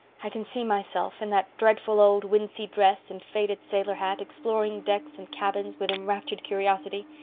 i can see myself, in that dreadful old wincey dress and faded sailor hat, exploring decks and cabins with enraptured curiosity.